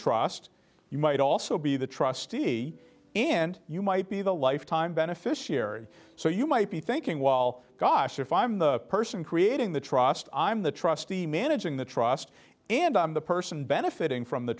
trust you might also be the trustee and you might be the lifetime beneficiary so you might be thinking well gosh if i'm the person creating the trust i'm the trustee managing the trust and i'm the person benefiting from the